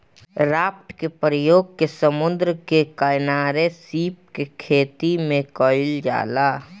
raft के प्रयोग क के समुंद्र के किनारे सीप के खेतीम कईल जाला